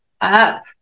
up